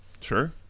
Sure